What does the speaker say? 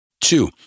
Two